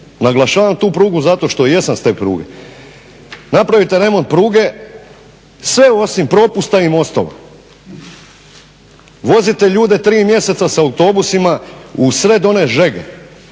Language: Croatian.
Naglašavam tu prugu zato što jesam s te pruge. Napravite remont pruge sve osim propusta i mostova. Vozite ljude tri mjeseca sa autobusima usred one žege.